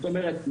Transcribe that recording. זאת אומרת,